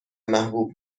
محبوب